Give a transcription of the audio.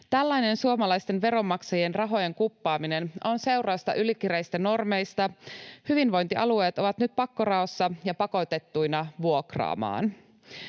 Tällainen suomalaisten veronmaksajien rahojen kuppaaminen on seurausta ylikireistä normeista. Hyvinvointialueet ovat nyt pakkoraossa ja pakotettuina vuokraamaan.